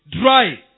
dry